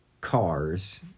cars